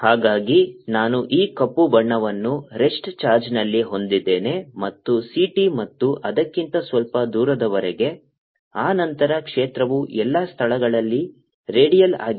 ಹಾಗಾಗಿ ನಾನು ಈ ಕಪ್ಪು ಬಣ್ಣವನ್ನು ರೆಸ್ಟ್ ಚಾರ್ಜ್ನಲ್ಲಿ ಹೊಂದಿದ್ದೇನೆ ಮತ್ತು c t ಮತ್ತು ಅದಕ್ಕಿಂತ ಸ್ವಲ್ಪ ದೂರದವರೆಗೆ ಆ ನಂತರ ಕ್ಷೇತ್ರವು ಎಲ್ಲಾ ಸ್ಥಳಗಳಲ್ಲಿ ರೇಡಿಯಲ್ ಆಗಿದೆ